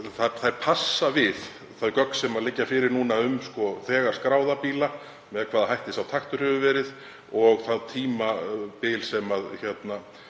þær passa við þau gögn sem liggja fyrir núna um þegar skráða bíla, með hvaða hætti sá taktur hefur verið og það tímabil sem